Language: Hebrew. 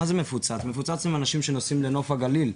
מה זה מפוצץ מפוצץ באנשים שנוסעים לנוף הגליל,